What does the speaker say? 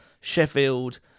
Sheffield